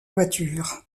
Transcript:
voiture